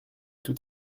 tout